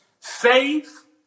faith